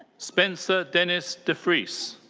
spencer dennis devries.